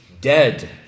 dead